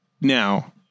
Now